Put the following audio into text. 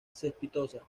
cespitosa